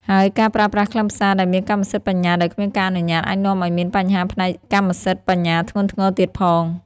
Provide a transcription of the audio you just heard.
ហើយការប្រើប្រាស់ខ្លឹមសារដែលមានកម្មសិទ្ធិបញ្ញាដោយគ្មានការអនុញ្ញាតអាចនាំឲ្យមានបញ្ហាផ្នែកកម្មសិទ្ធិបញ្ញាធ្ងន់ធ្ងរទៀតផង។